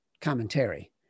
commentary